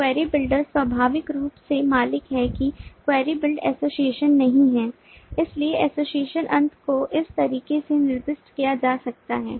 तो query builder स्वाभाविक रूप से मालिक है कि query बिल्ड एसोसिएशन नहीं है इसलिए एसोसिएशन अंत को इस तरीके से निर्दिष्ट किया जा सकता है